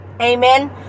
Amen